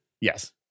Yes